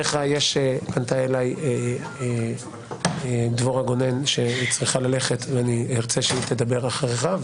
פנתה אליי דבורה גונן ואני ארצה שהיא תדבר אחריך.